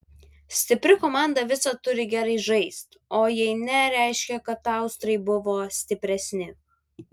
stipri komanda visad turi gerai žaist o jei ne reiškia kad austrai buvo stipresni